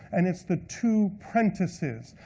and it's the two prentices.